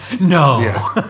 No